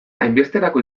hainbesterako